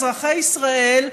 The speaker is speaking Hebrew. אזרחי ישראל,